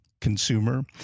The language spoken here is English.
consumer